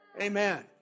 Amen